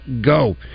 go